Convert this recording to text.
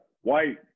white